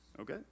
Okay